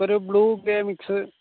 ഒരു blue grey mix